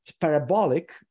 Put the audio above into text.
parabolic